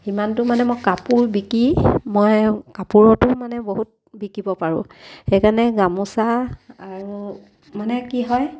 সিমানটো মানে মই কাপোৰ বিকি মই কাপোৰতো মানে বহুত বিকিব পাৰোঁ সেইকাৰণে গামোচা আৰু মানে কি হয়